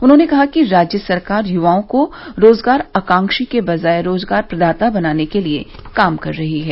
उन्होंने कहा कि राज्य सरकार युवाओं को रोजगार आकांक्षी के बजाय रोजगार प्रदाता बनाने के लिये काम कर रही है